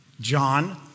John